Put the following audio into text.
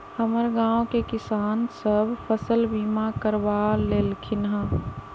हमर गांव के किसान सभ फसल बीमा करबा लेलखिन्ह ह